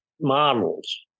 models